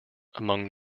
among